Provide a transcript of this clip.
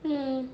mmhmm